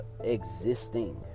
existing